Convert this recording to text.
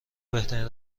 بهترین